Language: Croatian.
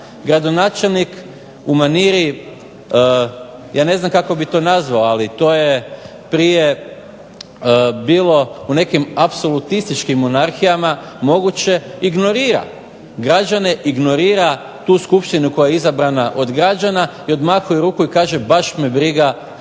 gradonačelnik u maniri, ja ne znam kako bih to nazvao, ali to je prije bilo u nekim apsolutističkim monarhijama moguće, ignorira građane, ignorira tu skupštinu koja je izabrana od građana i odmahuje rukom i kaže baš me briga